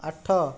ଆଠ